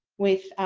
with,